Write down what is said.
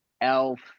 Elf